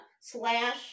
slash